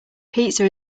pizza